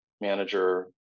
manager